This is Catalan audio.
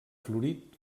florit